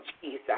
Jesus